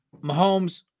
Mahomes